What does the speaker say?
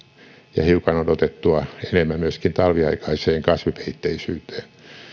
ja hiukan odotettua enemmän myöskin talviaikaiseen kasvipeitteisyyteen